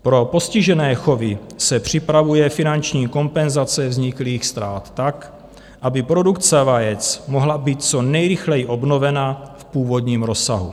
Pro postižené chovy se připravuje finanční kompenzace vzniklých ztrát tak, aby produkce vajec mohla být co nejrychleji obnovena v původním rozsahu.